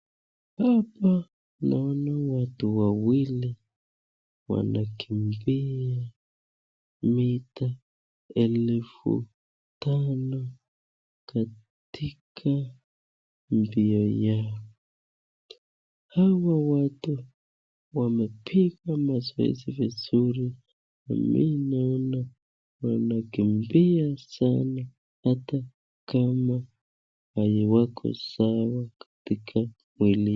hapa naona watu wawili wanakimbia mita elfu tano katika mbio yao. hawa watu wamepiga mazoezi vizuri mimi naona wanakimbia sana hata kama hawako sawa katika mwili.